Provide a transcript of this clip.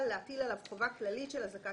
השאלה האם להטיל עליו חובה כללית של הזעקת